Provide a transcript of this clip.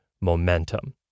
momentum